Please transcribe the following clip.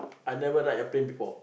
I never ride a plane before